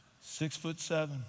Six-foot-seven